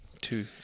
Two